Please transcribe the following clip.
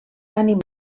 animal